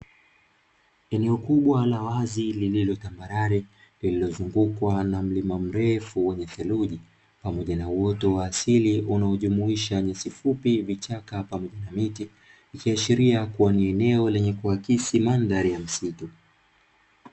Eneo kubwa la wazi lililotambarare, lililozungukwa na mlima mrefu wenye theluji pamoja na uoto wa asili unaojumuisha nyasi fupi, vichaka pamoja na miti, ikiashiria kuwa ni eneo lenye kuakisi mandhari ya msitu.